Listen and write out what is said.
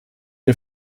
nur